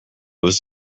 was